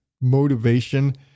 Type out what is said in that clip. motivation